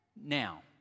now